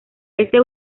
este